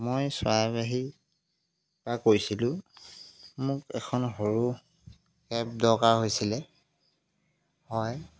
মই চৰাইবাহী পৰা কৈছিলোঁ মোক এখন সৰু কেব দৰকাৰ হৈছিলে হয়